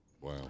Wow